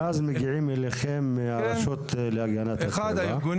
ואז מגיעים אליכם מהרשות להגנת הטבע.